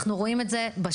אנחנו רואים את זה בשטח,